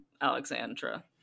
Alexandra